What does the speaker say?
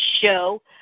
Show